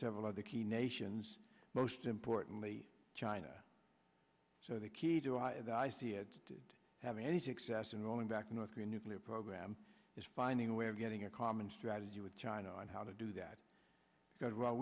several of the key nations most importantly china so the key to that i see ads did have any success in rolling back north korea nuclear program is finding a way of getting a common strategy with china and how to do that because w